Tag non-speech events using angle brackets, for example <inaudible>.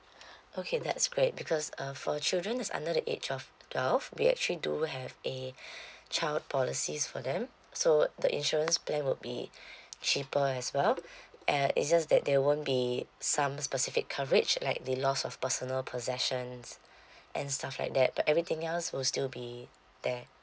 <breath> okay that's great because uh for children that's under the age of twelve we actually do have a <breath> child policies for them so the insurance plan would be <breath> cheaper as well <breath> uh it's just that they won't be some specific coverage like the loss of personal possessions <breath> and stuff like that but everything else will still be there